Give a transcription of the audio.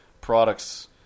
products